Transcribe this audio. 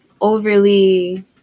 overly